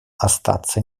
остаться